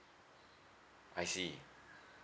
I see